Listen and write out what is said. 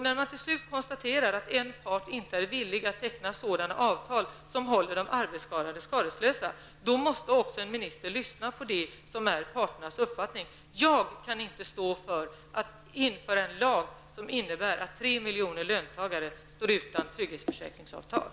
När man till sist finner att en part inte är villig att teckna sådana avtal som håller de arbetsskadade skadeslösa, måste en minister lyssna till parternas uppfattning. Jag kan inte stå för ett införande av en lag, som innebär att tre miljoner löntagare står utan trygghetsförsäkringsavtal.